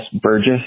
Burgess